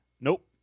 Nope